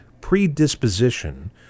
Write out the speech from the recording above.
predisposition